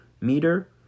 meter